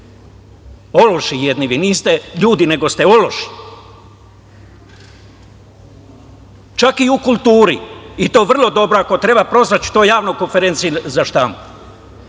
Ološi jedni! Vi niste ljudi, nego ste ološi. Čak i u kulturi, i to vrlo dobro. Ako treba, prozvaću to javno na konferenciji za štampu.